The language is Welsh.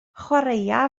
chwaraea